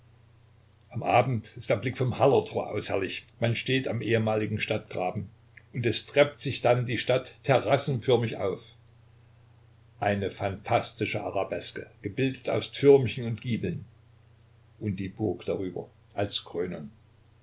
am abend ist der blick vom hallertor aus herrlich man steht am ehemaligen stadtgraben und es treppt sich dann die stadt terrassenförmig auf eine phantastische arabeske gebildet aus türmchen und giebeln und die burg darüber als krönung